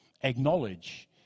Acknowledge